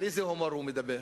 על איזה הומור הוא מדבר?